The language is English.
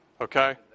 okay